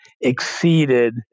exceeded